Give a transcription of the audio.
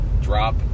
drop